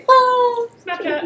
Snapchat